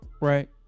right